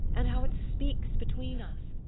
and how it speaks between us!